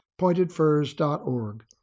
pointedfurs.org